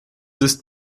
ist